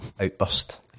outburst